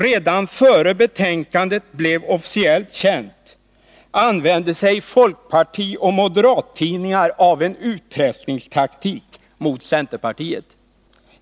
Redan innan betänkandet blev officiellt känt använde sig folkpartioch moderattidningar av en utpressningstaktik mot centerpartiet.